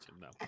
no